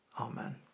Amen